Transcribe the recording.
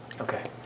Okay